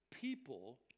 people